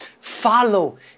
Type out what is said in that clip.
Follow